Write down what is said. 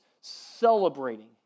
celebrating